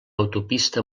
autopista